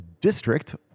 District